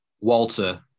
Walter